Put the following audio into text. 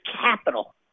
capital